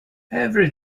every